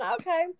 Okay